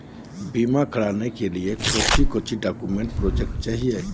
बीमा कराने के लिए कोच्चि कोच्चि डॉक्यूमेंट प्रोजेक्ट चाहिए?